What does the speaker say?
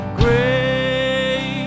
great